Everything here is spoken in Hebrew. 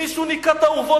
מישהו ניקה את האורוות?